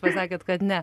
pasakėt kad ne